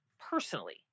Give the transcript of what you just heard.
personally